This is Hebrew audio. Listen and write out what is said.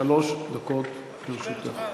שלוש דקות לרשותך.